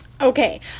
okay